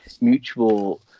mutual